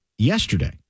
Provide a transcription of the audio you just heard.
Yesterday